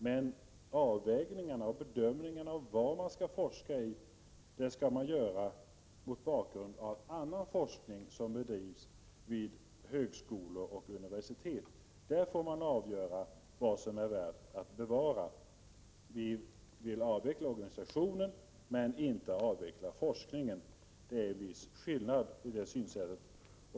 Men avvägningarna och bedömningarna när det gäller vad man skall forska i skall göras mot bakgrund av annan forskning som bedrivs vid högskolor och universitet. Där får man avgöra vad som är värt att bevara. Vi vill alltså avveckla organisationen, inte forskningen som sådan.